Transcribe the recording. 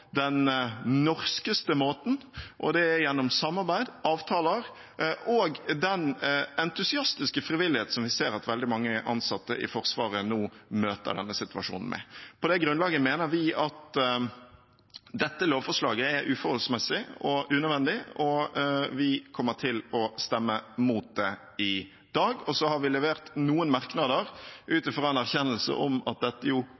den norskeste måten, og det er gjennom samarbeid, avtaler og den entusiastiske frivillighet som vi ser at veldig mange ansatte i Forsvaret nå møter denne situasjonen med. På det grunnlaget mener vi at dette lovforslaget er uforholdsmessig og unødvendig, og vi kommer til å stemme mot det i dag. Så har vi levert noen merknader, ut fra en erkjennelse av at dette